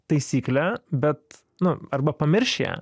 taisyklę bet nu arba pamirš ją